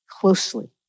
closely